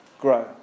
grow